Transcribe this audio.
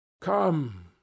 come